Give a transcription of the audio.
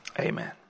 Amen